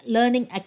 Learning